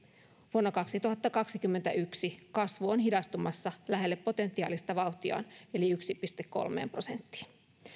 vuonna kaksituhattakaksikymmentäyksi kasvu on hidastumassa lähelle potentiaalista vauhtiaan eli yhteen pilkku kolmeen prosenttiin